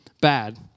bad